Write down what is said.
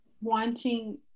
wanting